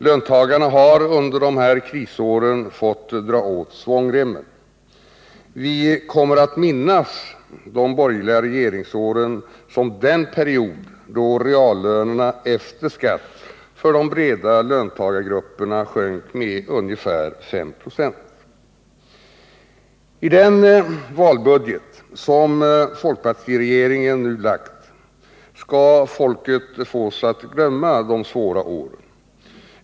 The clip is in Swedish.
Löntagarna har under krisåren fått dra åt svångremmen. Vi kommer att minnas de borgerliga regeringsåren som den period då reallönerna efter skatt för de breda löntagargrupperna sjönk med ungefär 5 96. I den valbudget som folkpartiregeringen nu lagt fram skall folket fås att glömma de svåra åren.